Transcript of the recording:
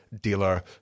dealer